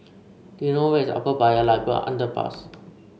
do you know where is Upper Paya Lebar Underpass